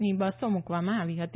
ની બસો મૂકવામાં આવી હતી